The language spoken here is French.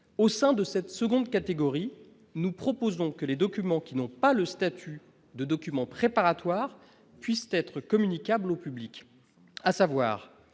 au sein de cette seconde catégorie, nous proposons que les documents qui n'ont pas le statut de documents préparatoires puissent être communicables au public,